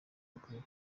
akwiye